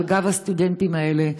על גב הסטודנטים האלה,